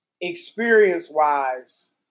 experience-wise